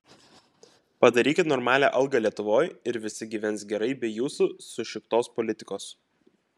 padarykit normalią algą lietuvoj ir visi gyvens gerai be jūsų sušiktos politikos